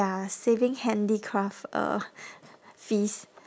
you're saving handicraft uh fees